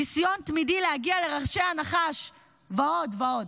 ניסיון תמידי להגיע לראשי הנחש ועוד ועוד.